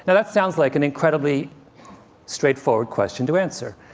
and that sounds like an incredibly straightforward question to answer,